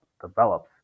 develops